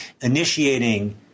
initiating